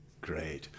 Great